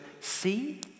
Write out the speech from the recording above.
see